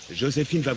josephine